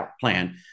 plan